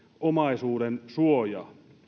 omaisuudensuojaa